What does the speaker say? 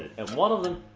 and one of them.